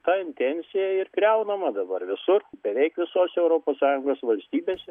ta intencija ir griaunama dabar visur beveik visose europos sąjungos valstybėse